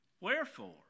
wherefore